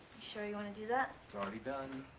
sure you want to do that? it's already done.